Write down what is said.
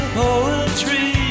poetry